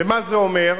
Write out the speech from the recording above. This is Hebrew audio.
ומה זה אומר?